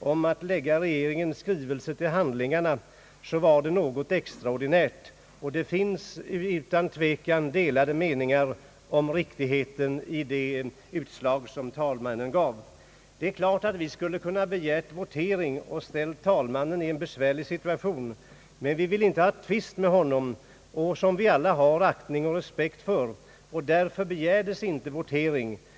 om att lägga regeringens skrivelse till handlingarna, så var det något extraordinärt. Och det finns utan tvekan delade meningar om riktigheten i det utslag som talmannen gav. Det är klart att vi skulle kunnat begära votering och ställt talmannen i en besvärlig situation, men vi ville inte ha tvist med talmannen — som vi alla har aktning och respekt för — och därför begärdes inte votering.